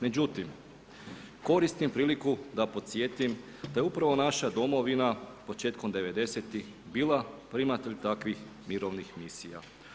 Međutim, koristim priliku da podsjetim da je upravo naša domovina početkom 90-tih bila primatelj takvih mirovnih misija.